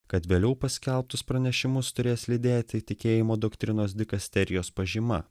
kad vėliau paskelbtus pranešimus turės lydėti tikėjimo doktrinos dikasterijos pažyma